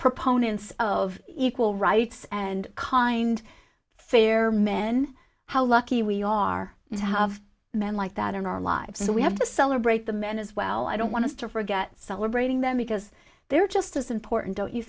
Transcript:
proponents of equal rights and kind fair men how lucky we are to have men like that in our lives so we have to celebrate the men as well i don't want to forget celebrating them because they're just as important don't you